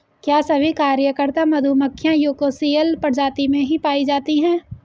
क्या सभी कार्यकर्ता मधुमक्खियां यूकोसियल प्रजाति में ही पाई जाती हैं?